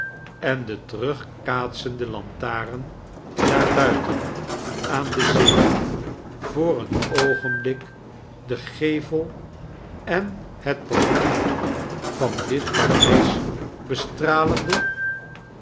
en de terugkaatsende lantaren daar buiten aan de zee voor een oogenblik den gevel en het portiek van dit paleis bestralende